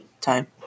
time